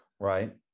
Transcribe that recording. Right